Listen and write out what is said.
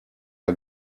are